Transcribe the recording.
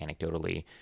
anecdotally